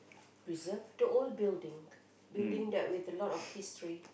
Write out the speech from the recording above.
preserve the old building building that with a lot of history